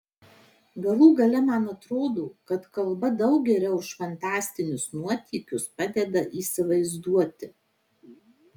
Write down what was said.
galų gale man atrodo kad kalba daug geriau už fantastinius nuotykius padeda įsivaizduoti